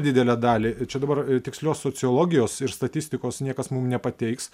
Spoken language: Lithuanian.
didelę dalį čia dabar tikslios sociologijos ir statistikos niekas mum nepateiks